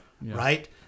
right